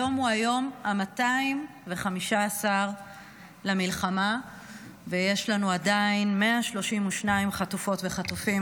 היום הוא היום ה-215 למלחמה ויש לנו עדיין 132 חטופות וחטופים,